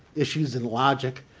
issues in logic,